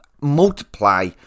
multiply